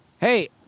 Hey